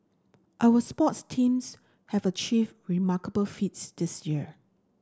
our sports teams have achieved remarkable feats this year